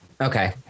okay